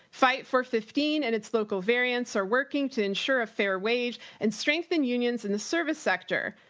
fight for fifteen and its local variants are working to ensure a fair wage and strengthen unions in the service sector.